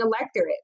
electorate